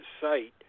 site